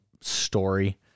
story